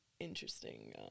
interesting